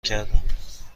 کردم